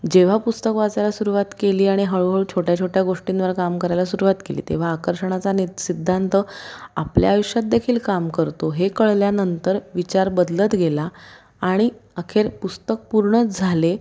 जेव्हा पुस्तक वाचायला सुरुवात केली आणि हळूहळू छोट्या छोट्या गोष्टींवर काम करायला सुरुवात केली तेव्हा आकर्षणाचा नि सिद्धांत आपल्या आयुष्यात देखील काम करतो हे कळल्यानंतर विचार बदलत गेला आणि अखेर पुस्तक पूर्ण झाले